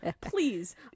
Please